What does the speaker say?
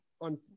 on